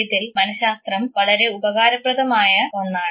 ഇതിൽ മനശാസ്ത്രം വളരെ ഉപകാരപ്രദമായ ഒന്നാണ്